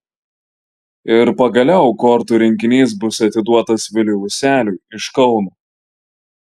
ir pagaliau kortų rinkinys bus atiduotas viliui useliui iš kauno